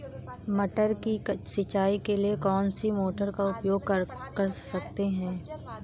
मटर की सिंचाई के लिए कौन सी मोटर का उपयोग कर सकते हैं?